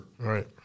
Right